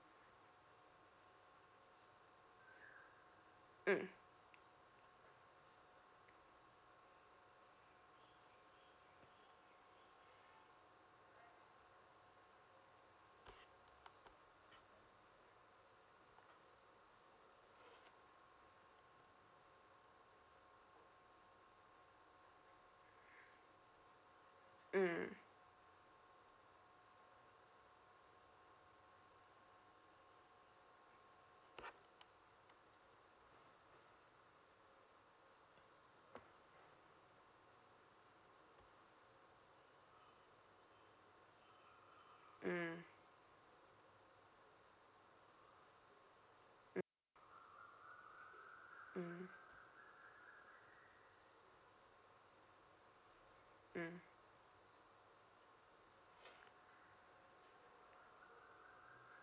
mm mm mm mm mm mm